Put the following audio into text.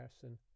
person